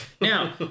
Now